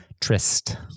tryst